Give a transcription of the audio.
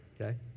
okay